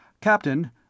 Captain